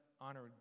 honored